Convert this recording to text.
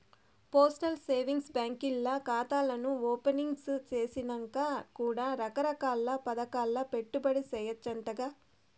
postal savings బాంకీల్ల కాతాను opening సేసినంక కూడా రకరకాల్ల పదకాల్ల పెట్టుబడి సేయచ్చంటగా